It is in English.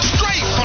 Straight